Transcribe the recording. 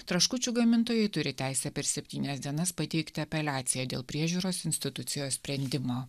traškučių gamintojai turi teisę per septynias dienas pateikti apeliaciją dėl priežiūros institucijos sprendimo